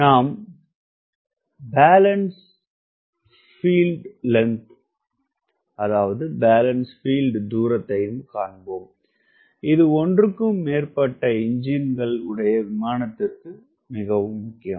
நாம் balance field தூரத்தையும் காண்போம் இது ஒன்றுக்கும் மேற்பட்ட எஞ்சின்கள் உடைய விமானத்திற்கு மிகவும் முக்கியம்